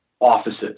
offices